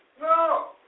No